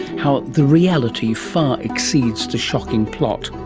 how the reality far exceeds the shocking plot.